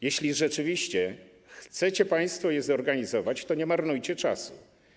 Jeśli rzeczywiście chcecie państwo je zorganizować, to nie marnujcie czasu.